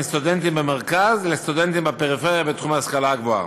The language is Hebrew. סטודנטים במרכז לסטודנטים בפריפריה בתחום ההשכלה הגבוהה.